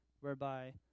whereby